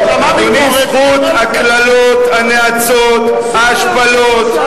אדוני, זכות הקללות, הנאצות, ההשפלות,